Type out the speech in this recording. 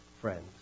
friends